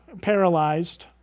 paralyzed